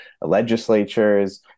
legislatures